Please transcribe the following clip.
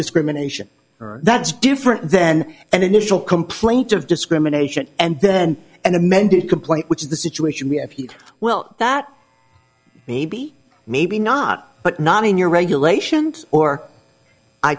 discrimination that's different then an initial complaint of discrimination and then an amended complaint which is the situation we have here well that maybe maybe not but not in your regulations or i